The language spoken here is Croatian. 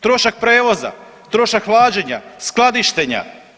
Trošak prijevoza, trošak hlađenja, skladištenja.